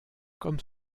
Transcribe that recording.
comme